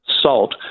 salt